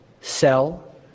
sell